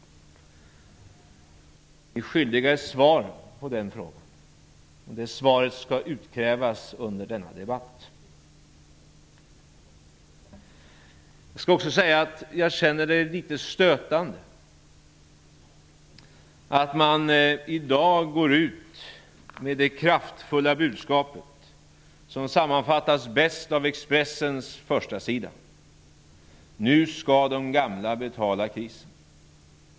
Ni är skyldiga ett svar på den frågan. Det svaret skall utkrävas under denna debatt. Det känns litet stötande att man i dag går ut med det kraftfulla budskap som bäst sammanfattas av Expressens förstasida: ''Nu ska de gamla betala krisen''.